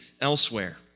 elsewhere